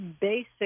basic